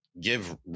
give